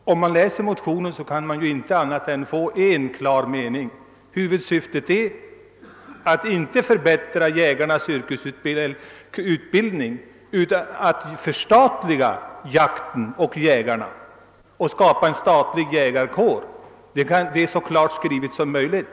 Om man, läser den kan man bara uppfatta den på ett sätt: huvudsyftet är inte att förbättra jägarnas yrkesutbildning utan att förstatliga jakten och skapa en statlig jägarkår. Det är så klart skrivet som det gärna är möjligt.